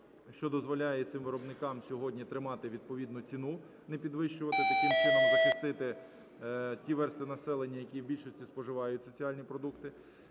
що дозволяє цим виробникам сьогодні тримати, відповідно ціну не підвищувати, таким чином захистити ті версти населення, які в більшості споживають соціальні продукти.